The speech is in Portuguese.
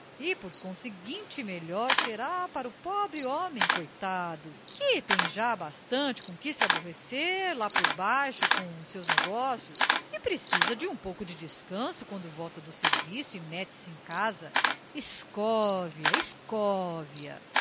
e por conseguinte melhor será para o pobre homem coitado que tem já bastante com que se aborrecer lá por baixo com os seus negócios e precisa de um pouco de descanso quando volta do serviço e mete-se em casa escove a escove a